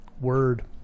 Word